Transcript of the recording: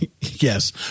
Yes